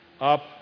up